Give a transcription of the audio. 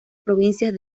provincias